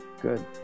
Good